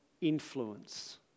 influence